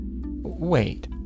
Wait